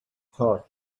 thought